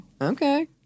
Okay